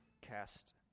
cast